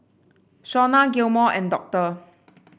Shauna Gilmore and Doctor